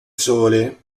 sole